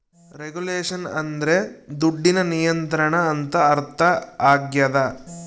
regulation ಅಂದ್ರೆ ದುಡ್ಡಿನ ನಿಯಂತ್ರಣ ಅಂತ ಅರ್ಥ ಆಗ್ಯದ